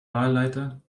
wahlleiter